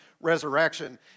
resurrection